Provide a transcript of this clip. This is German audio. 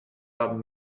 haben